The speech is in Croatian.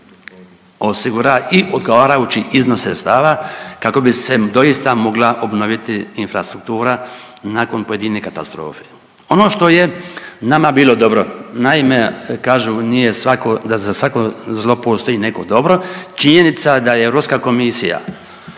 osigura i odgovarajući iznos sredstava kako bi se doista mogla obnoviti infrastruktura nakon pojedine katastrofe. Ono što je nama bilo dobro, naime kažu nije svako, da za svako zlo postoji neko dobro, činjenica da je Europska komisija